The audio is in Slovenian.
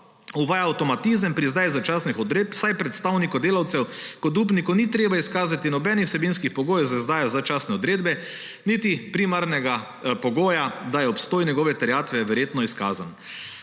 uvaja avtomatizem pri izdajanju začasnih odredb, saj predstavniku delavcev kot upniku ni treba izkazati nobenih vsebinskih pogojev za izdajo začasne odredbe niti primarnega pogoja, da je obstoj njegove terjatve verjetno izkazan.